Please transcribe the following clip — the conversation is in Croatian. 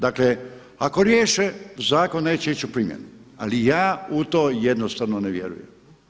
Dakle ako riješe zakon neće ići u primjenu ali ja u to jednostavno ne vjerujem.